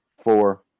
four